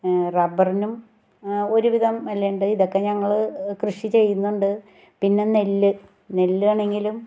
റബ്ബറിനും ഒരുവിധം എല്ലാം ഉണ്ട് ഇതൊക്കെ ഞങ്ങൾ കൃഷി ചെയ്യുന്നുണ്ട് പിന്നെ നെല്ല് നെല്ല് ആണെങ്കിലും